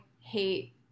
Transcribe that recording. hate